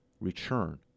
return